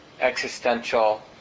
existential